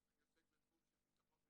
אני עוסק בתחום של ביטחון,